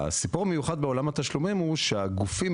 הסיפור המיוחד בעולם התשלומים הוא שבשביל שהגופים